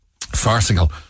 farcical